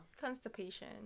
constipation